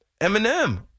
Eminem